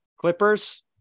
Clippers